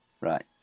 Right